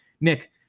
Nick